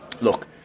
look